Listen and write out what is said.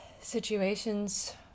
situations